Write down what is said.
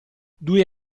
due